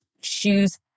shoes